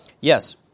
Yes